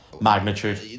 magnitude